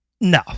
No